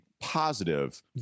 positive